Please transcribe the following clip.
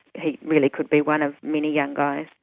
he really could be one of many young guys.